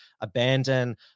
abandon